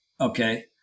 Okay